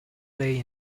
play